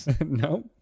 no